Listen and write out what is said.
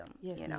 Yes